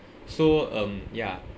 so um ya